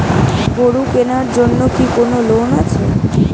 গরু কেনার জন্য কি কোন লোন আছে?